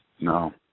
No